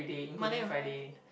Monday to Friday